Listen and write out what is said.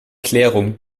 klärung